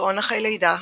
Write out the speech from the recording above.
- דיכאון אחרי לידה,